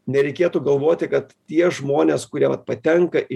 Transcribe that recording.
nereikėtų galvoti kad tie žmonės kurie vat patenka į